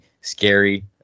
scary